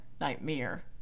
Nightmare